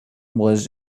was